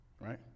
right